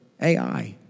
A-I